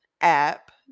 app